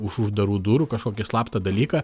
už uždarų durų kažkokį slaptą dalyką